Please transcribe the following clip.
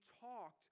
talked